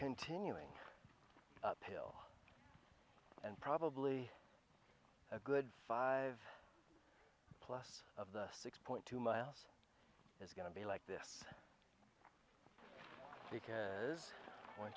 continuing uphill and probably a good five plus of the six point two miles is going to be like this because